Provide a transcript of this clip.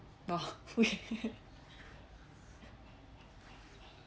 !wah! !fuh!